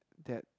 that